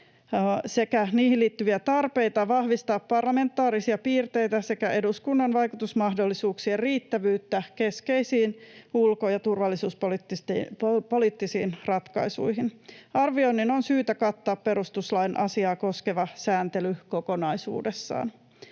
sekä niihin liittyviä tarpeita vahvistaa parlamentaarisia piirteitä sekä eduskunnan vaikutusmahdollisuuksien riittävyyttä keskeisiin ulko- ja turvallisuuspoliittisiin ratkaisuihin. Arvioinnin on syytä kattaa perustuslain asiaa koskeva sääntely kokonaisuudessaan.